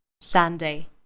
Sunday